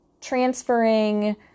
transferring